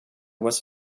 was